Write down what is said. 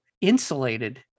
insulated